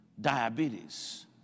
diabetes